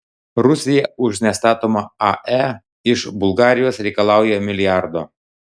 rusija už nestatomą ae iš bulgarijos reikalauja milijardo